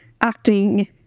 acting